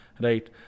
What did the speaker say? right